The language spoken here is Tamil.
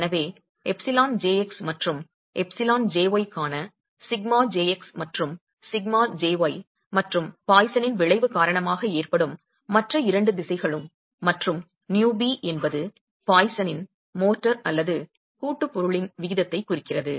எனவே εjx மற்றும் εjy க்கான σjx மற்றும் σjy மற்றும் பாய்சனின் விளைவு காரணமாக ஏற்படும் மற்ற இரண்டு திசைகளும் மற்றும் νb என்பது பாய்சனின் மோர்டார் அல்லது கூட்டுப் பொருளின் விகிதத்தைக் குறிக்கிறது